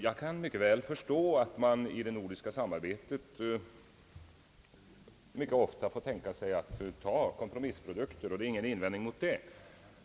Jag kan mycket väl förstå att vi i det nordiska samarbetet mycket ofta får tänka oss att det blir fråga om kompromissprodukter — jag har ingen invändning mot det.